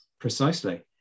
Precisely